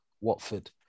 Watford